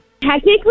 Technically